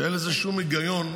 ואין לזה שום היגיון.